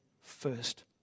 first